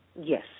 Yes